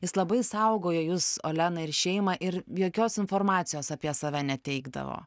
jis labai saugojo jus olena ir šeimą ir jokios informacijos apie save neteikdavo